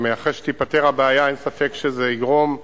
אחרי שתיפתר הבעיה אין ספק שזה יגרום לשגשוג,